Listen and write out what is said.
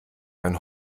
ein